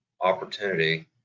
opportunity